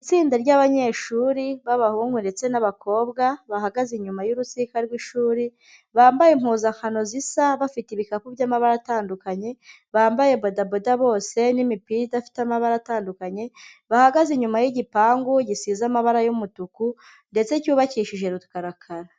Itsinda ry'abanyeshuri b'abahungu ndetse n'abakobwa, bahagaze inyuma y'urusika rw'ishuri, bambaye impuzankano zisa, bafite ibikapu by'amabara atandukanye, bambaye badaboda bose n'imipira idafite amabara atandukanye, bahagaze inyuma y'igipangu gisize amabara y'umutuku ndetse cyubakishije rukarakara.